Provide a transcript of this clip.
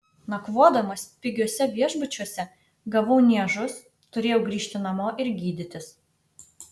nakvodamas pigiuose viešbučiuose gavau niežus turėjau grįžti namo ir gydytis